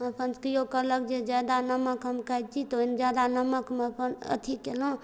अपन केओ कहलक जे जादा नमक हम खाइ छी तऽ ओहि जादा नमकमे हम अपन अथी कएलहुँ